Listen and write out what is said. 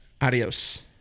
Adios